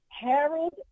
Harold